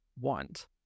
want